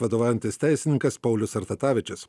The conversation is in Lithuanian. vadovaujantis teisininkas paulius sartatavičius